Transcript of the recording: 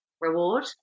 reward